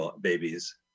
babies